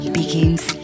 begins